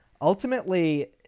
ultimately